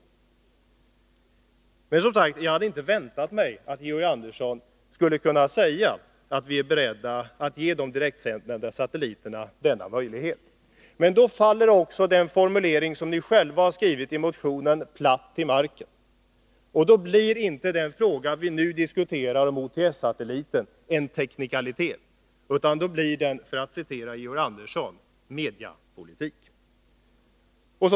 Men, som sagt, jag hade inte väntat mig att Georg Andersson skulle kunna säga att ”vi är beredda att ge de direktsändande satelliterna denna möjlighet”. Men då faller också den formulering som ni har i motionen platt till marken, och då blir inte den fråga som vi nu diskuterar om OTS-satelliten teknisk — då blir den mediepolitik.